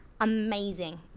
amazing